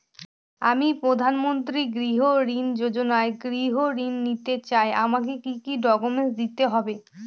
আমি প্রধানমন্ত্রী গৃহ ঋণ যোজনায় গৃহ ঋণ নিতে চাই আমাকে কি কি ডকুমেন্টস দিতে হবে?